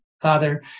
Father